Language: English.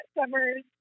summers